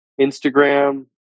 Instagram